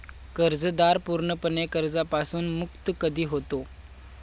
कर्जदार पूर्णपणे कर्जापासून मुक्त कधी होतो?